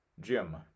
Jim